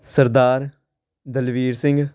Sardar Dalvir Singh